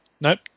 nope